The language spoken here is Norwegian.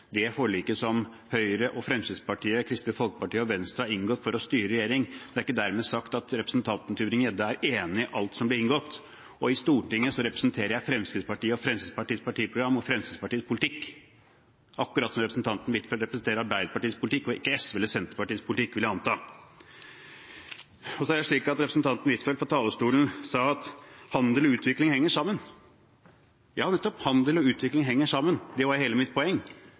det forliket som Høyre og Fremskrittspartiet har inngått med Kristelig Folkeparti og Venstre for å styre i regjering. Det er ikke dermed sagt at representanten Tybring-Gjedde er enig i alt som ble inngått, og i Stortinget representerer jeg Fremskrittspartiet, Fremskrittspartiets partiprogram og Fremskrittspartiets politikk – akkurat som representanten Huitfeldt representerer Arbeiderpartiets politikk og ikke SVs eller Senterpartiets, vil jeg anta. Representanten Huitfeldt sa fra talerstolen at handel og utvikling henger sammen. Ja nettopp – handel og utvikling henger sammen; det var hele mitt poeng.